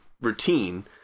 routine